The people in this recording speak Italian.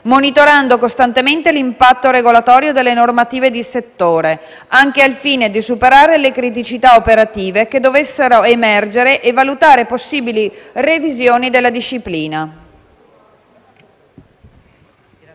monitorando costantemente l'impatto regolatorio delle normative di settore, anche al fine di superare le criticità operative che dovessero emergere e valutare possibili revisioni della disciplina.